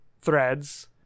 threads